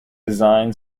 design